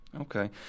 Okay